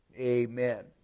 amen